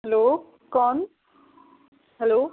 hello कौन hello